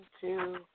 two